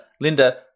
Linda